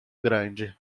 grande